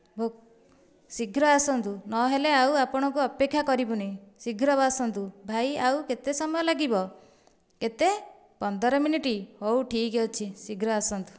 ଭୋକ ଶୀଘ୍ର ଆସନ୍ତୁ ନହେଲେ ଆଉ ଆପଣଙ୍କୁ ଅପେକ୍ଷା କରିବୁନି ଶୀଘ୍ର ଆସନ୍ତୁ ଭାଇ ଆଉ କେତେ ସମୟ ଲାଗିବ କେତେ ପନ୍ଦର ମିନିଟ ହେଉ ଠିକ ଅଛି ଶୀଘ୍ର ଆସନ୍ତୁ